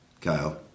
Kyle